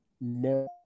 No